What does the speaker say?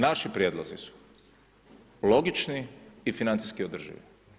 Naši prijedlozi su logični i financijski održivi.